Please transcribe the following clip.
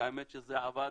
והאמת שזה עבד